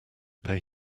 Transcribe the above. pay